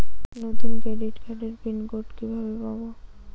নতুন ক্রেডিট কার্ডের PIN code কিভাবে পাব?